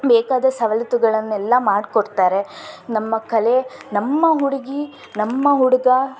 ಬೇಕಾದ ಸವಲತ್ತುಗಳನ್ನೆಲ್ಲ ಮಾಡ್ಕೊಡ್ತಾರೆ ನಮ್ಮ ಕಲೆ ನಮ್ಮ ಹುಡುಗಿ ನಮ್ಮ ಹುಡುಗ